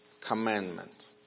commandment